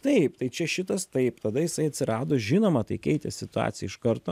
taip tai čia šitas taip tada jisai atsirado žinoma tai keitė situaciją iš karto